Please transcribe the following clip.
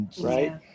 Right